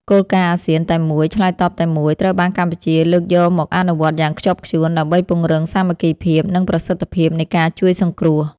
គោលការណ៍អាស៊ានតែមួយ ឆ្លើយតបតែមួយ ត្រូវបានកម្ពុជាលើកយកមកអនុវត្តយ៉ាងខ្ជាប់ខ្ជួន ដើម្បីពង្រឹងសាមគ្គីភាព និងប្រសិទ្ធភាពនៃការជួយសង្គ្រោះ។